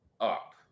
up